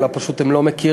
אלא פשוט הם לא מכירים.